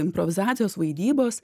improvizacijos vaidybos